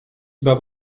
über